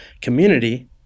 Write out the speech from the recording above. community